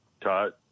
Todd